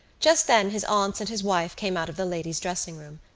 just then his aunts and his wife came out of the ladies' dressing-room.